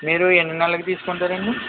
మీరు ఎన్ని నెలలకి తీసుకుంటారు అండి